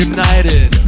United